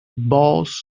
boss